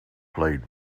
played